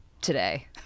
today